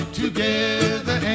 together